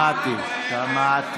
שמעתי.